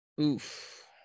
oof